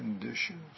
conditions